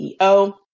CEO